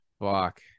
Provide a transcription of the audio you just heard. Fuck